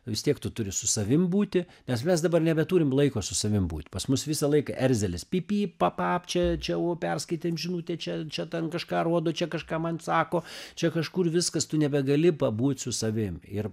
vis tiek tu turi su savim būti nes mes dabar nebeturim laiko su savim būt pas mus visąlaik erzelis py pyp pa pap čia čia jau perskaitėm žinutę čia čia ten kažką rodo čia kažką man sako čia kažkur viskas tu nebegali pabūt su savim ir